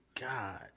god